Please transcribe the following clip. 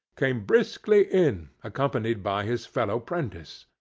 came briskly in, accompanied by his fellow-'prentice.